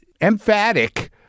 emphatic